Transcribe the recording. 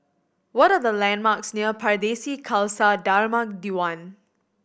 what are the landmarks near Pardesi Khalsa Dharmak Diwan